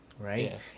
right